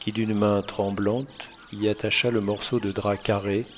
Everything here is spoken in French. qui d'une main tremblante y attacha le morceau de drap carré